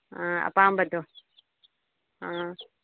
ꯑ ꯑꯄꯥꯝꯕꯗꯣ ꯑ